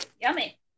Yummy